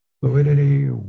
fluidity